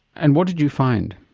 and what did you find?